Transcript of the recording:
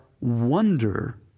wonder